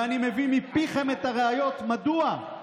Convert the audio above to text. ואני מביא מפיכם את הראיות מדוע,